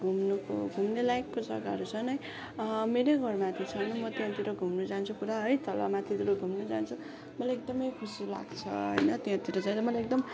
घुम्नुको घुम्ने लायकको जग्गाहरू छन् है मेरै घरमाथि छन् म त्यहाँतिर घुम्नु जान्छु पुरा है तल माथितिर घुम्नु जान्छु मलाई एकदमै खुसी लाग्छ होइन त्यहाँतिर जाँदा मलाई एकदम